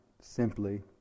simply